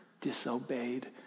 disobeyed